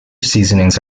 seasonings